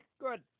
Good